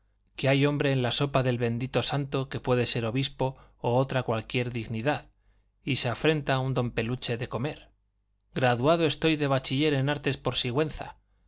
que hay hombre en la sopa del bendito santo que puede ser obispo o otra cualquier dignidad y se afrenta un don peluche de comer graduado estoy de bachiller en artes por sigüenza